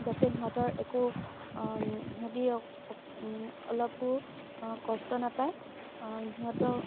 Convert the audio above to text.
যাতে সিহঁতৰ একো সিহঁতি অলপো কষ্ট নাপায় সিহঁতক